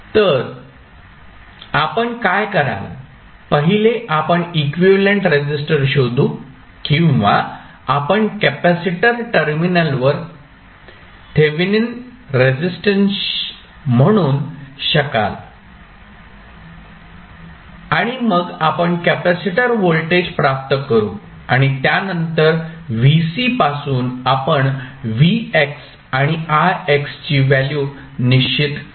तर आपण काय कराल पहिले आपण इक्विव्हॅलेंट रेसिस्टर शोधू किंवा आपण कॅपेसिटर टर्मिनलवर थेव्हिनिन रेझिस्टन्स म्हणू शकाल आणि मग आपण कॅपेसिटर व्होल्टेज प्राप्त करू आणि त्यानंतर vc पासून आपण vx आणि ix ची व्हॅल्यू निश्चित करू